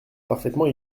parfaitement